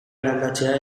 eraldatzea